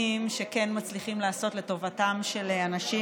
שכן מצליחים לעשות לטובתם של האנשים,